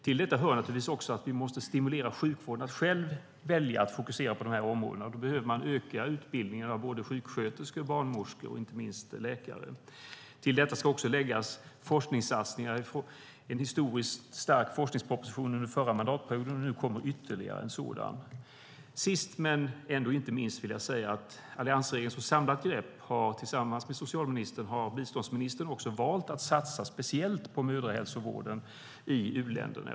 Till detta hör naturligtvis också att vi måste stimulera sjukvården att själv välja att fokusera på dessa områden, och då behöver man öka utbildningen av sjuksköterskor, barnmorskor och inte minst läkare. Till detta ska också läggas forskningssatsningar. Det kom en historiskt stark forskningsproposition under förra mandatperioden, och nu kommer ytterligare en sådan. Sist men ändå inte minst vill jag säga att biståndsministern tillsammans med socialministern i ett samlat grepp har valt att satsa speciellt på mödrahälsovården i u-länderna.